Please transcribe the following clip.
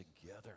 together